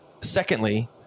Secondly